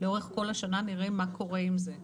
לאורך כל השנה נראה מה קורה עם זה.